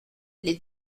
les